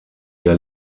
der